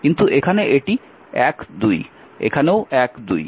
কিন্তু এখানে এটি 1 2 এখানেও 1 2